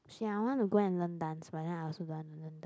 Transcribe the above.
see I want to go and learn dance but then I also don't want to learn dance